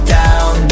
down